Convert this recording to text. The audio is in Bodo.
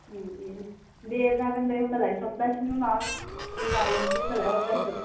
ए दे जागोन दे होमब्लालाय सप्तासे उनाव आं लायसै होमब्लालाय आं अरडारखो